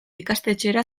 ikastetxera